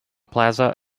plaza